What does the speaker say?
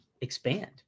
expand